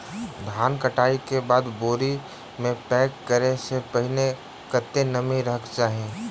धान कटाई केँ बाद बोरी मे पैक करऽ सँ पहिने कत्ते नमी रहक चाहि?